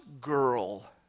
girl